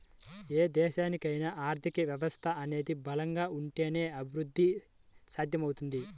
ఏ దేశానికైనా ఆర్థిక వ్యవస్థ అనేది బలంగా ఉంటేనే అభిరుద్ధి సాధ్యమవుద్ది